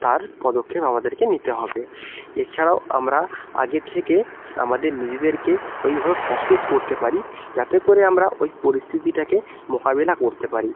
তার পদক্ষেপ আমাদেরকে নিতে হবে এছাড়াও আমরা আগে থেকে আমাদের নিজেদেরকে ওইভাবে প্রস্তুত করতে পারি যাতে করে আমরা ওই পরিস্থিতিটাকে মোকাবেলা করতে পারি